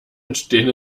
entstehen